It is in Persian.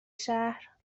شهر